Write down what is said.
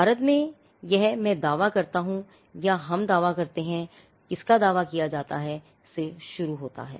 भारत में यह मैं दावा करता हूं या हम दावा करते हैंकिस का दावा किया जाता हैसे शुरू होता है